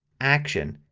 action,